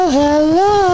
Hello